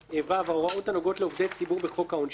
(ו) ההוראות הנוגעות לעובדי הציבור בחוק העונשין; (ז)